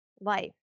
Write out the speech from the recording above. life